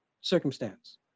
circumstance